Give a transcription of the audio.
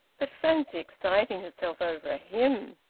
but fancy exciting herself over a hymn!